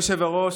אדוני היושב-ראש,